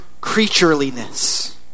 creatureliness